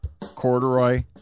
corduroy